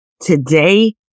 Today